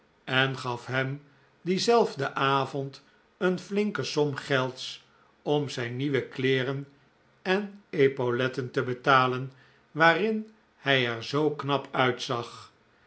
en gaf hem dienzelfden avond een flinke som gelds om zijn nieuwe kleeren en epauletten te betalen waarin hij er zoo knap uitzag